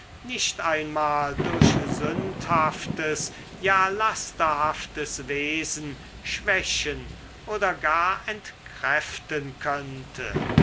nicht einmal durch sündhaftes ja lasterhaftes wesen schwächen oder gar entkräften könnte